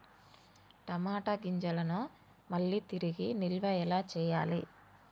టమాట గింజలను మళ్ళీ తిరిగి నిల్వ ఎలా చేయాలి?